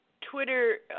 Twitter